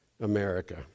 America